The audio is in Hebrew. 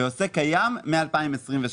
ועוסק קיים מ-2028.